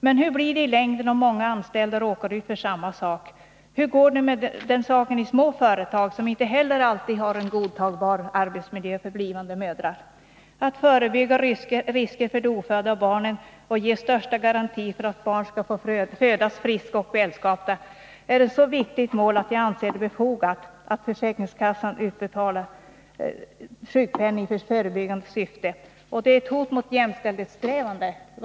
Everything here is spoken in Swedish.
Men hur blir det i längden om många anställda råkar ut för samma sak? Hur går det med den saken i små företag, som inte heller alltid har en godtagbar arbetsmiljö för blivande mödrar? Att förebygga risker för de ofödda barnen och ge största garanti för att barn skall få födas friska och välskapta är ett så viktigt mål, att jag anser det befogat att försäkringskassan utbetalar sjukpenning i förebyggande syfte. Det är också ett hot mot jämställdhetssträvandena om så inte sker.